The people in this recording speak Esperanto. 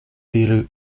diru